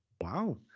wow